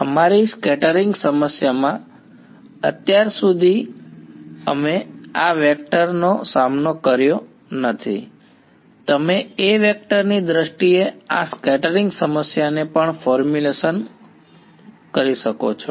અમારી સ્કેટરિંગ સમસ્યામાં અત્યાર સુધી અમે આ A વેક્ટર નો સામનો કર્યો નથી તમે A વેક્ટર ની દ્રષ્ટિએ આ સ્કેટરિંગ સમસ્યાને પણ ફોર્મ્યુલેશન શકો છો